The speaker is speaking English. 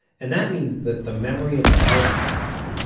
and that means that the memory of the holocaust,